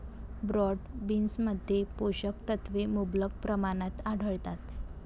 broad बीन्समध्ये पोषक तत्वे मुबलक प्रमाणात आढळतात